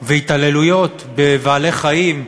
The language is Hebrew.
והתעללויות בבעלי-חיים,